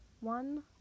one